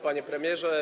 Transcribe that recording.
Panie Premierze!